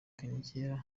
kera